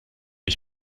ich